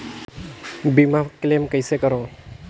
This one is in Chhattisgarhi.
बीमा क्लेम कइसे करों?